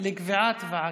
לקביעת ועדה.